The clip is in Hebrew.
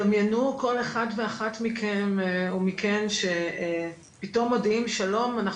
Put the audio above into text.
דמיינו כל אחד ואחת מכם או מכן שפתאום מודיעים שלום אנחנו